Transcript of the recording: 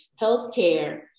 healthcare